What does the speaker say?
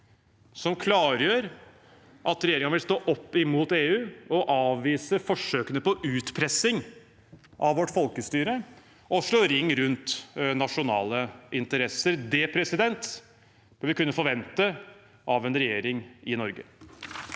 som klargjør at regjeringen vil stå opp mot EU, avvise forsøkene på utpressing av vårt folkesty re og slå ring rundt nasjonale interesser. Det bør vi kunne forvente av en regjering i Norge.